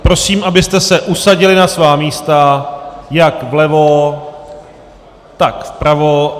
Prosím, abyste se usadili na svá místa jak vlevo, tak vpravo.